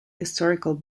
historical